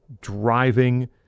driving